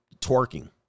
twerking